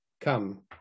come